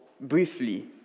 briefly